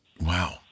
Wow